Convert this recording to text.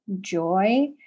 joy